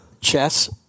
chess